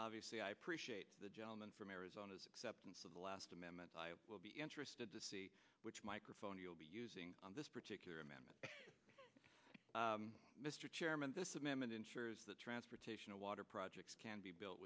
obviously i appreciate the gentleman from arizona as acceptance of the last amendment i will be interested to see which microphone you'll be using on this particular amendment mr chairman this amendment ensures the transportation of water projects can be built